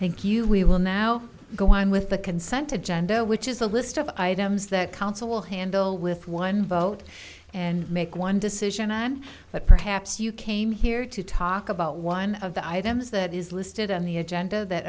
all thank you we will now go on with the consent agenda which is a list of items that council will handle with one vote and make one decision on that perhaps you came here to talk about one of the items that is listed on the agenda that